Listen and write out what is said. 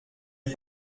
est